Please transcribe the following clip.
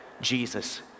Jesus